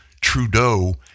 Trudeau